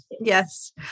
Yes